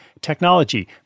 technology